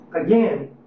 again